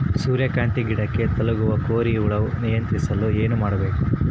ಸೂರ್ಯಕಾಂತಿ ಗಿಡಕ್ಕೆ ತಗುಲುವ ಕೋರಿ ಹುಳು ನಿಯಂತ್ರಿಸಲು ಏನು ಮಾಡಬೇಕು?